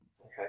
Okay